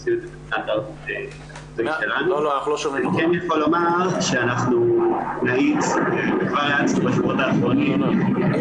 --- אני כן יכול לומר שכבר האצנו בשבועות האחרונים את